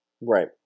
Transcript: Right